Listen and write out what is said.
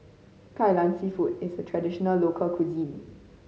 Kai Lan Seafood is a traditional local cuisine